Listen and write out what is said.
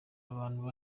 abantu